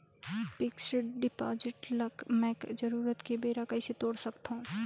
Fixed deposit ल मैं जरूरत के बेरा कइसे तोड़ सकथव?